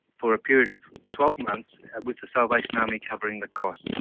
for a period of twelve months with the salvation army covering the costs.